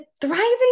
Thriving